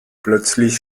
plötzlich